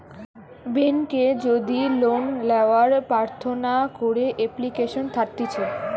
বেংকে যদি লোন লেওয়ার প্রার্থনা করে এপ্লিকেশন থাকতিছে